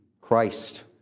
Christ